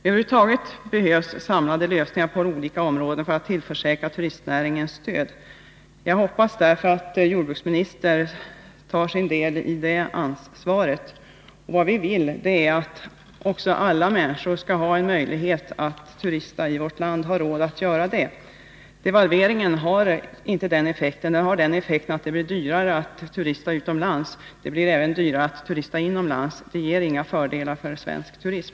Över huvud taget behövs samlade lösningar på olika områden för att tillförsäkra turistnäringen stöd. Jag hoppas därför att jordbruksministern tar sin del i det ansvaret. Vi vill att alla människor skall ha möjlighet att turista i vårt land och även ha råd att göra det. Devalveringen har inte den effekten, utan det blir dyrare att turista såväl utomlands som inom landet, och det ger inga fördelar för svensk turism.